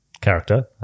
character